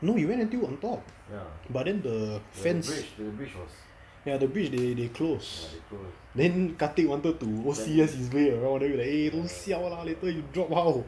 no we went until on top but then the fence the bridge they closed then katid wanted to O_C_S his way around eh don't siao lah later you drop how